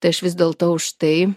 tai aš vis dėlto už tai